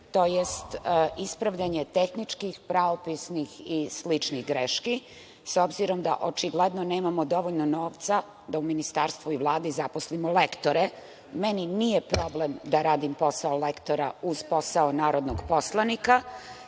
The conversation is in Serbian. tj. ispravljanje tehničkih, pravopisnih i sličnih greški s obzirom da očigledno nemamo dovoljno novca da u ministarstvu i Vladi zaposlimo lektore. Meni nije problem da radim posao lektora uz posao narodnog poslanika,